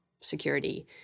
security